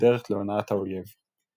וכדרך להונאת האויב.